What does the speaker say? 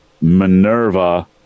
Minerva